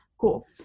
cool